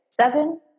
seven